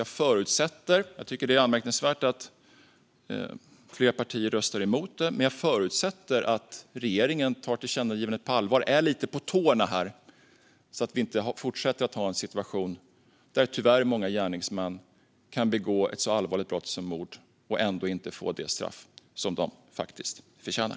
Jag tycker att det är anmärkningsvärt att flera partier röstar emot det, men jag förutsätter att regeringen tar tillkännagivandet på allvar och är lite på tårna här, så att vi inte fortsätter att ha en situation där tyvärr många gärningsmän kan begå ett så allvarligt brott som mord och ändå inte få det straff som de faktiskt förtjänar.